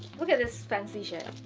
look at this fancy shirt